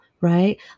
right